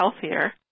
healthier